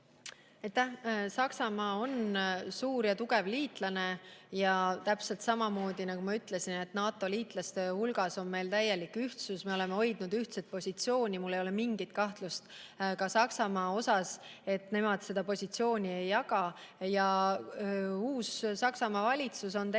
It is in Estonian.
Saksamaa on suur ja tugev liitlane. Täpselt samamoodi, nagu ma ütlesin, et NATO-liitlaste hulgas on täielik ühtsus, me oleme hoidnud ühtset positsiooni, ei ole mul mingit kahtlust ka Saksamaa suhtes, et nemad seda positsiooni jagavad. Saksamaa uue valitsuse